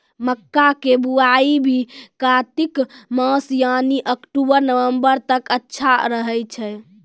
मक्का के बुआई भी कातिक मास यानी अक्टूबर नवंबर तक अच्छा रहय छै